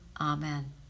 Amen